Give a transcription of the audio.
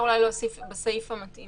אז אפשר אולי להוסיף בסעיף המתאים.